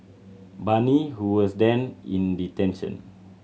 Bani who was then in detention